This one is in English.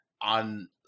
on